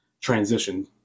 transition